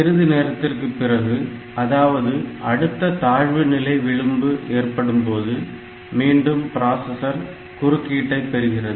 சிறிது நேரத்திற்கு பிறகு அதாவது அடுத்த தாழ்வுநிலை விழிம்பு ஏற்படும்போது மீண்டும் பிராசசர் குறுக்கீட்டை பெறுகிறது